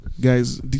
guys